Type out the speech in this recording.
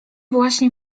właśnie